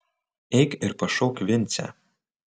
eik ir pašauk vincę